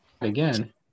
Again